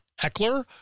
Eckler